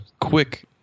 quick